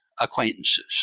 acquaintances